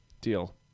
deal